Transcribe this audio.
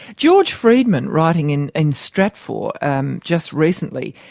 george friedman, writing in in stratfor and just recently,